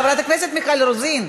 חברת הכנסת מיכל רוזין.